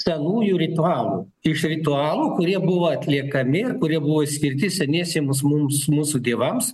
senųjų ritualų iš ritualų kurie buvo atliekami ir kurie buvo skirti seniesiems mums mūsų dievams